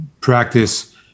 practice